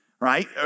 right